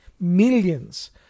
millions